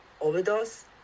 overdose